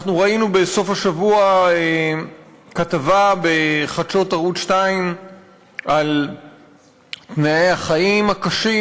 ראינו בסוף השבוע כתבה בחדשות ערוץ 2 על תנאי החיים הקשים,